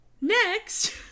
Next